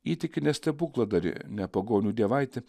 įtiki ne stebukladarį ne pagonių dievaitį